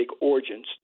origins